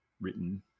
written